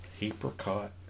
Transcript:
Apricot